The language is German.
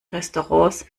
restaurants